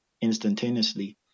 instantaneously